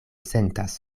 sentas